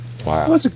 Wow